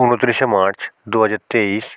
উনত্রিশে মার্চ দু হাজার তেইশ